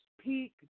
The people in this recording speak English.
peak